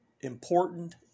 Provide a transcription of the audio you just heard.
important